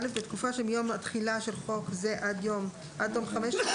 הוראות שעה 16. (א)בתקופה שמיום התחילה של חוק זה עד תום חמש שנים,